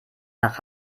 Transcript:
nach